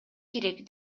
керек